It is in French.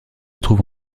trouve